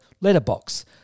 letterbox